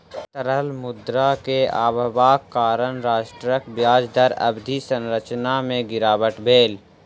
तरल मुद्रा के अभावक कारण राष्ट्रक ब्याज दर अवधि संरचना में गिरावट भेल